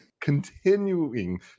continuing